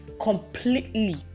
completely